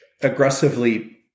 aggressively